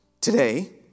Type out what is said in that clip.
Today